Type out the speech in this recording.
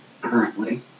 currently